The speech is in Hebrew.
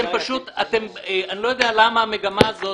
אני לא יודע למה המגמה הזאת?